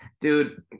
Dude